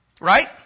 Right